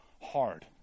hard